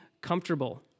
comfortable